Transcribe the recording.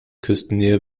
küstennähe